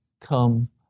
come